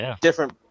different